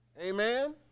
Amen